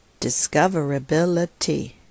Discoverability